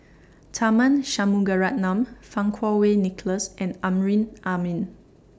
Tharman Shanmugaratnam Fang Kuo Wei Nicholas and Amrin Amin